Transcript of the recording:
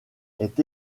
est